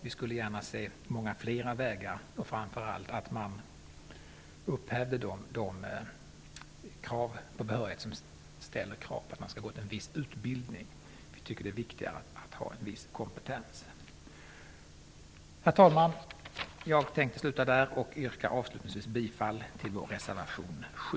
Vi skulle gärna se många fler vägar och framför allt att kraven att man skall gå en viss utbildning upphävdes. Vi tycker att det är viktigare att ha en viss kompetens. Herr talman! Avslutningsvis yrkar jag bifall till vår reservation 7.